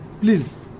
please